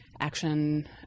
action